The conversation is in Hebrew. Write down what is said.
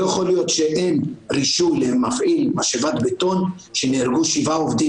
לא יכול להיות שאין רישום למפעיל משאבת בטון שנהרגו שבעה עובדים